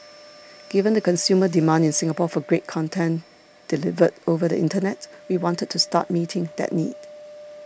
given the consumer demand in Singapore for great content delivered over the internet we wanted to start meeting that need